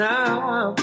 Now